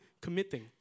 committing